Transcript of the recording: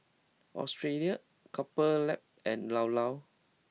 Australia Couple Lab and Llao Llao